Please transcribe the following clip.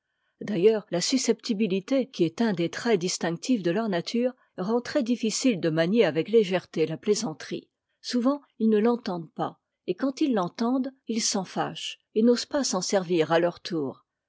d'ailleurs la susceptibilité qui est un des traits distinctifs de leur nature rend très-difficile de manier avec légèreté la plaisanterie souvent ils ne l'entendent pas et quand ils l'entendent ils s'en faichent et n'osent pas s'en servir à leur tour